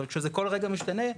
אבל כשזה כל רגע משתנה,